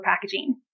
packaging